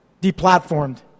deplatformed